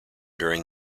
during